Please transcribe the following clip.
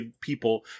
people